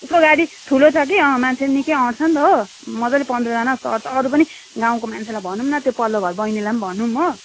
उसको गाडी ठुलो छ कि अँ मान्छे पनि निकै आँट्छ नि त हो मजाले पन्ध्रजना जस्तो आँट्छ अरू पनि गाउँको मान्छेलाई भनौ न त्यो पल्लो घर बहिनीलाई पनि भनौ हो